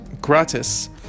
gratis